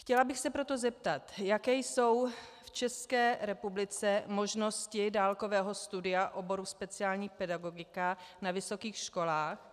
Chtěla bych se proto zeptat: Jaké jsou v České republice možnosti dálkového studia oboru speciální pedagogika na vysokých školách?